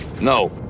No